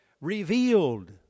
revealed